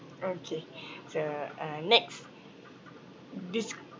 okay the uh next desc~